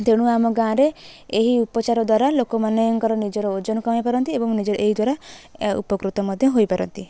ତେଣୁ ଆମ ଗାଁରେ ଏହି ଉପଚାର ଦ୍ୱାରା ଲୋକ ମାନଙ୍କର ନିଜର ଓଜନ କମେଇ ପାରନ୍ତି ଏବଂ ନିଜେ ଏହି ଦ୍ୱାରା ଉପକୃତ ମଧ୍ୟ ହୋଇପାରନ୍ତି